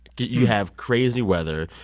you have crazy weather.